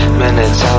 minutes